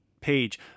page